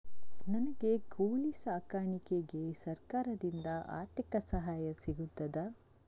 ನನಗೆ ಕೋಳಿ ಸಾಕಾಣಿಕೆಗೆ ಸರಕಾರದಿಂದ ಆರ್ಥಿಕ ಸಹಾಯ ಸಿಗುತ್ತದಾ?